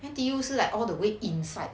N_T_U 是 like all the way inside